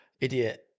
idiot